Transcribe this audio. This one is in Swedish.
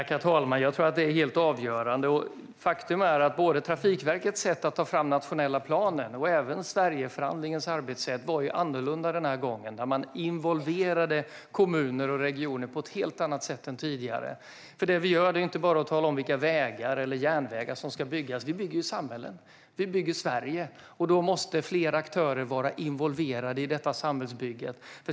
Herr talman! Jag tror att det är helt avgörande. Faktum är att Trafikverkets sätt att ta fram den nationella planen och även Sverigeförhandlingens arbetssätt var annorlunda den här gången. Man involverade kommuner och regioner på ett helt annat sätt än tidigare. Vi talar inte bara om vilka vägar och järnvägar som ska byggas. Vi bygger ju samhället. Vi bygger Sverige. Då måste fler aktörer vara involverade i detta samhällsbygge.